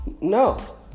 no